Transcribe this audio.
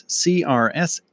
crs